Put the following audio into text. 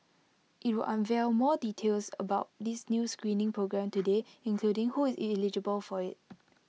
IT will unveil more details about this new screening programme today including who is eligible for IT